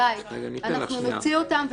אנחנו נוציא אותן.